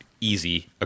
easy